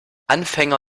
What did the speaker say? anfänger